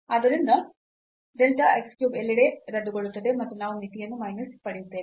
ಆದ್ದರಿಂದ delta x cube ಎಲ್ಲೆಡೆ ರದ್ದುಗೊಳ್ಳುತ್ತದೆ ಮತ್ತು ನಾವು ಮಿತಿಯನ್ನು ಮೈನಸ್ ಪಡೆಯುತ್ತೇವೆ